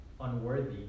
unworthy